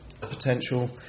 potential